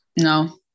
No